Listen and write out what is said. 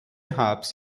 harps